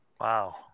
Wow